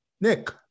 Nick